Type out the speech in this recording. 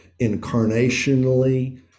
incarnationally